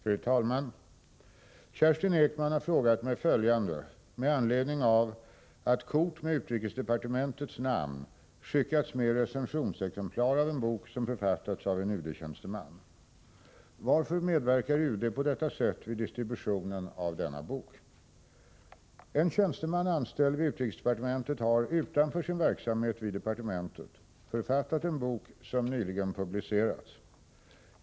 Fru talman! Kerstin Ekman har frågat mig följande med anledning av att kort med utrikesdepartementets namn skickats med recensionsexemplar av en bok som författats av en UD-tjänsteman: En tjänsteman anställd vid utrikesdepartementet har utanför sin verksamhet vid departementet författat en bok som nyligen publicerats.